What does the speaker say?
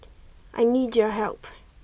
I need your help